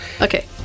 Okay